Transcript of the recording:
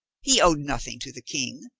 he owed nothing to the king.